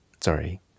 sorry